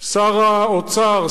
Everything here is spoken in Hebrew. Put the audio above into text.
שר האוצר,